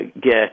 get